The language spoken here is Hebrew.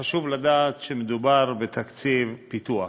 חשוב לדעת שמדובר בתקציב פיתוח.